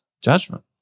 judgment